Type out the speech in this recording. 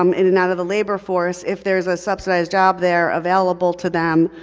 um in and out of the labor force, if there is a subsidized job there available to them,